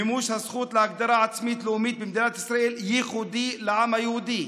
מימוש הזכות להגדרה עצמית לאומית במדינת ישראל ייחודי לעם היהודי.